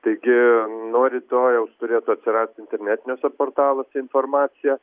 taigi nuo rytojaus turėtų atsirasti internetiniuose portaluose informacija